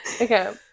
Okay